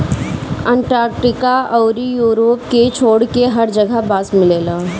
Antarctica अउरी Europe के छोड़के हर जगह बांस मिलेला